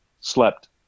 slept